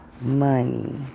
money